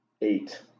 Eight